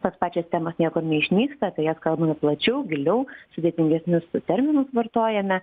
tos pačios temas niekur neišnyksta apie jas kalbame plačiau giliau sudėtingesnius terminus vartojame